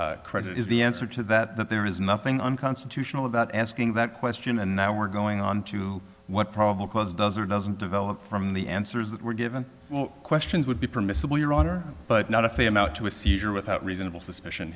a credit is the answer to that that there is nothing unconstitutional about asking that question and now we're going on to what probably cause does or doesn't develop from the answers that were given questions would be permissible your honor but not if they amount to a seizure without reasonable suspicion